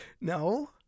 no